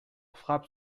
frappe